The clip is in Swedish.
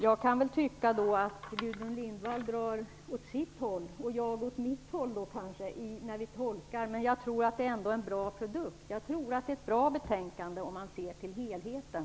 Jag kan väl tycka att Gudrun Lindvall drar åt sitt håll och jag åt mitt håll när vi tolkar, men jag tror att det ändå är en bra produkt. Jag tror att det är ett bra betänkande om man ser till helheten.